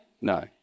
No